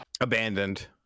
abandoned